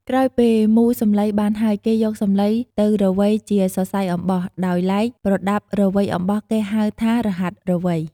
ក្រោយពេលមូរសំឡីបានហើយគេយកសំឡីទៅរវៃជាសសៃអំបោះ ដោយឡែកប្រដាប់រវៃអំបោះគេហៅថារហាត់រវៃ។